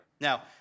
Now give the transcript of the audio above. Now